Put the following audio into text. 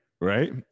Right